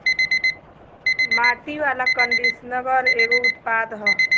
माटी वाला कंडीशनर एगो उत्पाद ह